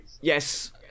yes